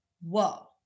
Whoa